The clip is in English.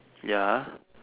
ya